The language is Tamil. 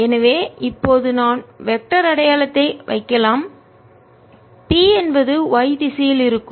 எனவே இப்போது நான் வெக்டர் திசையன் அடையாளத்தை வைக்கலாம் p என்பது y திசையில் இருக்கும்